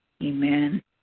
Amen